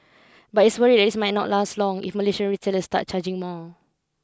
but he is worried might not last long if Malaysian retailers start charging more